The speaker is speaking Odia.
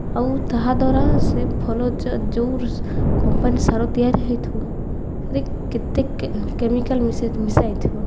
ଆଉ ତାହା ଦ୍ୱାରା ସେ ଫଳ ଯେଉଁ କମ୍ପାନୀ ସାର ତିଆରି ହୋଇଥିବ ସେ କେତେ କେମିକାଲ୍ ମିଶାହୋଇଥିବ